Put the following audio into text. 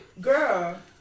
Girl